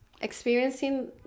experiencing